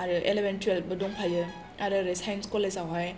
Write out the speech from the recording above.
eleven टुयेलभबो दंखायो आरो ओरै साइन्स कलेजावहाय